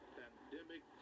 pandemic